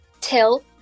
Till